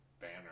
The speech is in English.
Banner